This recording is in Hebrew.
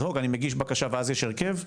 אני מגיש בקשה ואז יש הרכב?